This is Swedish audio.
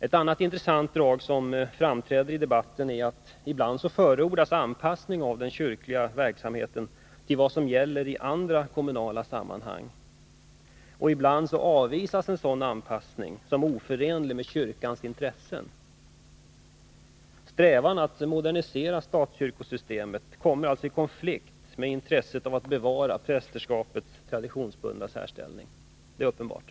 Ett annat intressant drag framträder i debatten. Ibland förordas anpassning av den kyrkliga verksamheten till vad som gäller i andra kommunala sammanhang. Ibland avvisas en sådan anpassning som oförenlig med kyrkans intressen. Strävan att modernisera statskyrkosystemet kommer alltså i konflikt med intresset att bevara prästerskapets traditionsbundna särställning. Det är uppenbart.